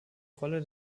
rolle